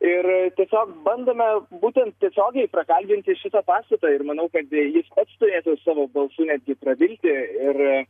ir tiesiog bandome būtent tiesiogiai prakalbinti šitą pastatą ir manau kad jis turėtų savo balsu netgi prabilti ir